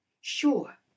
Sure